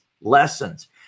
lessons